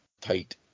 tight